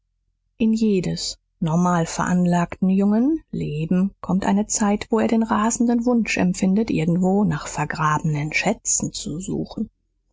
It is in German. in jedes normal veranlagten jungen leben kommt eine zeit wo er den rasenden wunsch empfindet irgendwo nach vergrabenen schätzen zu suchen